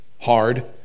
hard